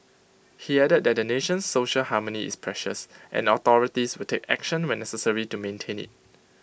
he added that the nation's social harmony is precious and authorities will take action when necessary to maintain IT